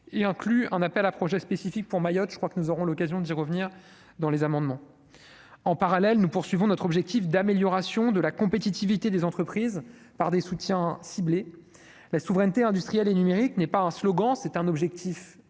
et inclut un appel à projets spécifiques pour Mayotte, je crois que nous aurons l'occasion d'y revenir dans les amendements, en parallèle, nous poursuivons notre objectif d'amélioration de la compétitivité des entreprises par des soutiens ciblés la souveraineté industrielle et numérique n'est pas un slogan, c'est un objectif